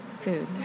food